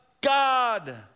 God